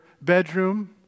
bedroom